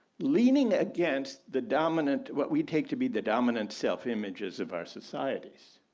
leaning against the dominant, what we take to be the dominant self images of our societies.